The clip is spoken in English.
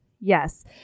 yes